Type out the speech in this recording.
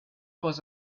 was